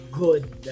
good